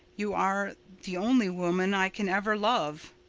you are the only woman i can ever love.